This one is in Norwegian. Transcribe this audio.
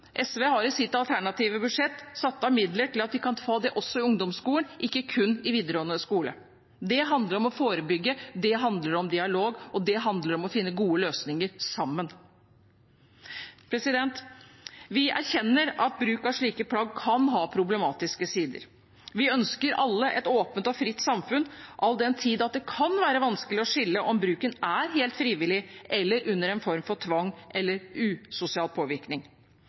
SV har i sitt alternative budsjett satt av midler til at man kan ha det også i ungdomsskolen, ikke kun i videregående skole. Det handler om å forebygge, det handler om dialog, og det handler om å finne gode løsninger sammen. Vi erkjenner at bruk av slike plagg kan ha problematiske sider. Vi ønsker alle et åpent og fritt samfunn, all den tid det kan være vanskelig å skille om bruken er helt frivillig eller under en form for tvang eller usosial påvirkning.